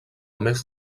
més